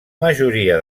majoria